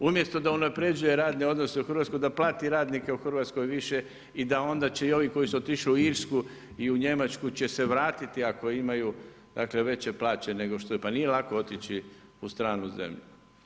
Umjesto da unaprjeđuje radne odnose u Hrvatskoj, da plati radnike u Hrvatskoj više i da onda će i ovi koji su otišli u Irsku i u Njemačku će se vratiti ako imaju veće plaće nego što je, pa nije lako otići u stranu zemlju.